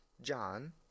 John